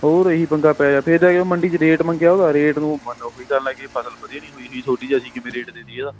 ਹੋਰ ਇਹ ਹੀ ਪੰਗਾ ਪੈ ਗਿਆ ਫਿਰ ਜਦੋਂ ਜਾ ਕੇ ਮੰਡੀ 'ਚ ਰੇਟ ਮੰਗਿਆਂ ਉਹਦਾ ਰੇਟ ਨੂੰ ਮਨ ਉਹ ਹੀ ਕਰਨ ਲੱਗ ਗਏ ਫਸਲ ਵਧੀਆ ਨਹੀਂ ਹੋਈ ਹੀ ਤੁਹਾਡੀ ਅਸੀਂ ਅਸੀਂ ਕਿਵੇਂ ਰੇਟ ਦੇ ਦੇਈਏ ਇਹਦਾ